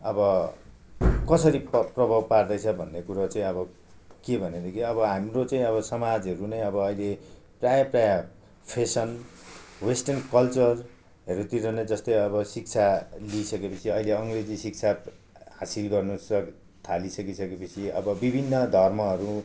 अब कसरी प्रभाव पार्दैछ भन्ने कुरो चाहिँ अब के भनेदेखि अब हाम्रो चाहिँ अब समाजहरू नै अब अहिले प्रायः प्रायः फेसन वेस्टर्न कल्चरहरूतिर नै जस्तो अब शिक्षा लिइसकेपछि अहिले अङ्ग्रेजी शिक्षा हासिल गर्न सक् थालिसके सकेपछि अब विभिन्न धर्महरू